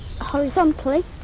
horizontally